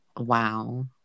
Wow